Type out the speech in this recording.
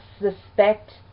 suspect